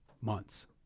months